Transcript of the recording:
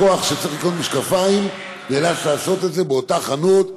לקוח שצריך לקנות משקפיים נאלץ לעשות את זה באותה חנות.